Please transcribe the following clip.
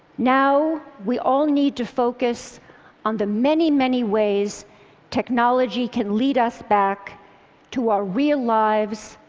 now we all need to focus on the many, many ways technology can lead us back to our real lives,